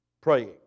praying